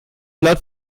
laut